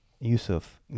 Yusuf